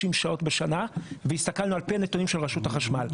שעות בשנה והסתכלנו על פי הנתונים של רשות החשמל.